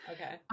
Okay